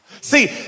See